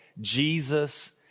Jesus